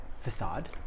facade